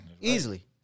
Easily